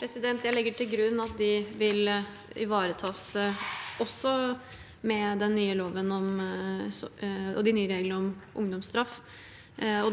Jeg legger til grunn at de vil ivaretas også med den nye loven og de nye reglene om ungdomsstraff.